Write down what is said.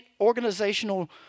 organizational